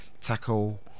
tackle